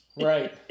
Right